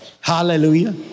Hallelujah